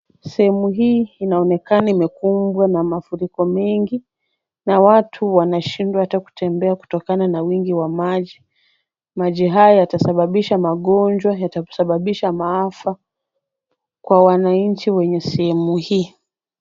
Sehemu hii inaonekana imekumbwa na mafuriko mengi na watu wanashindwa hata kutembea kutokana na wingi wa maji. Maji haya yatasababisha magonjwa, yatasababisha maafa kwa wananchi wenye sehemu hii.